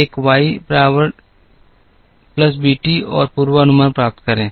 एक Y बराबर plus BT और पूर्वानुमान प्राप्त करें